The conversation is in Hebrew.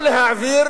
או להעביר